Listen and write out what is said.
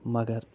مگر